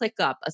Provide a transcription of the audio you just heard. ClickUp